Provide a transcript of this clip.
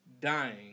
dying